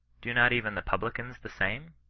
do not even the publicans the same?